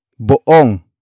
Boong